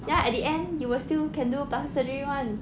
ya at the end you will still can do plastic surgery [one]